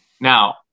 Now